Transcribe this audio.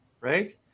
right